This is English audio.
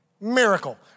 Miracle